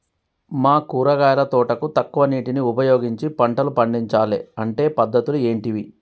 మా కూరగాయల తోటకు తక్కువ నీటిని ఉపయోగించి పంటలు పండించాలే అంటే పద్ధతులు ఏంటివి?